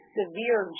severe